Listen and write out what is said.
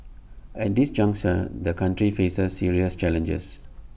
at this juncture the country faces serious challenges